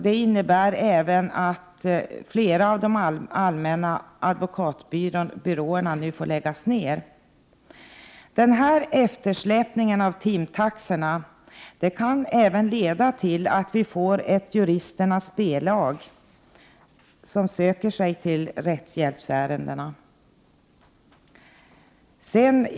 Detta innebär även att flera av de allmänna advokatbyråerna nu får läggas ned. Denna eftersläpning av timtaxorna kan även leda till att vi får ett juristernas B-lag som söker sig till rättshjälpsärendena.